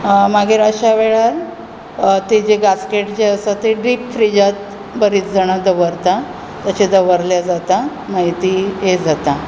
मागीर अश्या वेळार ताजे गासगेट जे आसा ते डिप फ्रिजांत बरींच जाणां दवरता तशें दवरले जाता मागीर ती हे जाता